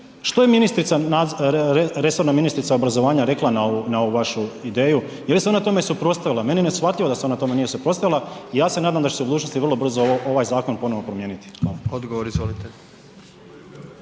resorna ministrica obrazovanja rekla na ovu vašu ideju? Je li se ona tome suprotstavila? Meni je neshvatljivo da se ona tome nije suprotstavila i ja se nadam da će se u budućnosti vrlo brzo ovaj zakon ponovno promijeniti.